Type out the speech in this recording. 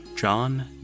John